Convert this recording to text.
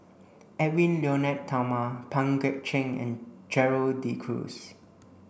Edwy Lyonet Talma Pang Guek Cheng and Gerald De Cruz